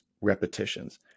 repetitions